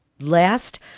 last